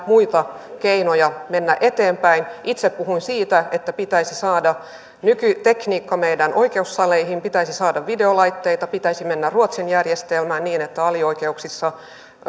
muita keinoja mennä eteenpäin itse puhuin siitä että pitäisi saada nykytekniikka meidän oikeussaleihimme pitäisi saada videolaitteita pitäisi mennä ruotsin järjestelmään niin että alioikeuksissa